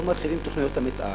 לא מרחיבים את תוכניות המיתאר,